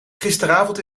gisteravond